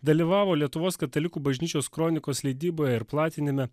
dalyvavo lietuvos katalikų bažnyčios kronikos leidyboje ir platinime